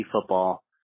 football